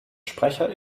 sprecher